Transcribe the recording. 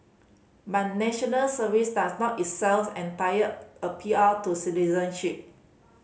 but National Service does not itself entitle a P R to citizenship